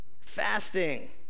fasting